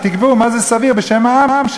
שתקבעו מה סביר בשם העם,